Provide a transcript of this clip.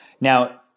now